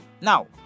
Now